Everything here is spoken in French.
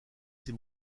ces